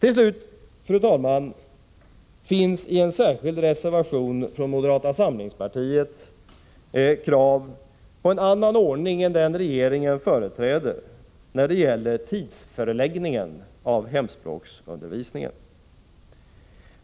Slutligen, fru talman, finns i en särskild reservation från moderata samlingspartiets företrädare i utskottet krav på en annan ordning än den regeringen företräder när det gäller förläggningen i tiden av hemspråksundervisningen.